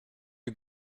you